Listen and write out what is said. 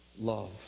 love